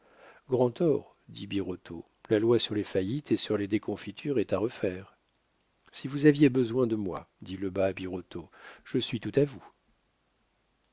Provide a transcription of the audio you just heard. tort dit birotteau la loi sur les faillites et sur les déconfitures est à refaire si vous aviez besoin de moi dit lebas à birotteau je suis tout à vous